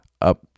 up